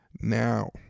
now